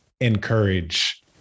encourage